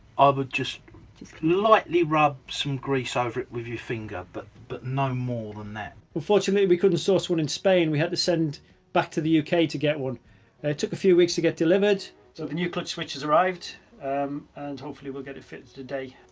ah but just just lightly rub some grease over it with your finger but but no more than that. unfortunately we couldn't source one in spain we had to send back to the uk to get one. it took a few weeks to get delivered. so the new clutch switch has arrived and hopefully we'll get it fitted today.